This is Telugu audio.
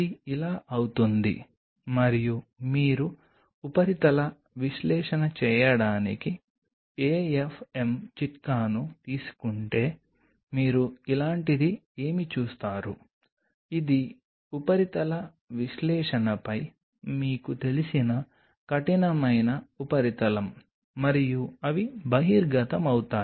ఇది ఇలా అవుతుంది మరియు మీరు ఉపరితల విశ్లేషణ చేయడానికి AFM చిట్కాను తీసుకుంటే మీరు ఇలాంటిది ఏమి చూస్తారు ఇది ఉపరితల విశ్లేషణపై మీకు తెలిసిన కఠినమైన ఉపరితలం మరియు అవి బహిర్గతమవుతాయి